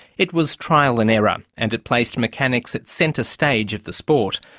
it was trial and error, um and it placed mechanics at centre-stage of the sport.